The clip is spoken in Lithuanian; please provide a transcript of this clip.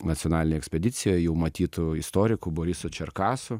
nacionaline ekspedicija jau matytu istoriku borisu čerkasu